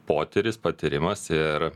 potyris patyrimas ir